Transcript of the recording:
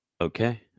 Okay